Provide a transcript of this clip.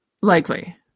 Likely